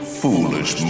foolish